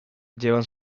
llevan